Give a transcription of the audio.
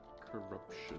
corruption